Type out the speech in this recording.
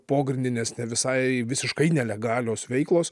pogrindinės ne visai visiškai nelegalios veiklos